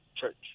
church